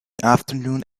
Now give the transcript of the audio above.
afternoon